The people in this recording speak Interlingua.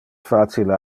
facile